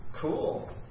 Cool